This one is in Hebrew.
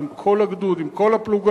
עם כל הגדוד או עם כל הפלוגה.